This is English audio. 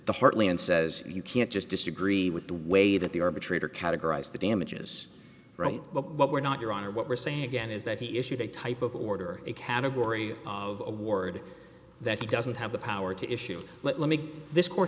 the heartland says you can't just disagree with the way that the arbitrator categorized the damages right but what we're not your honor what we're saying again is that he issued a type of order a category of award that he doesn't have the power to issue let me get this court